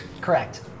Correct